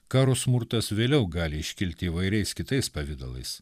karo smurtas vėliau gali iškilti įvairiais kitais pavidalais